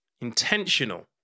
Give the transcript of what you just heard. intentional